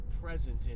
present